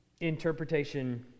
interpretation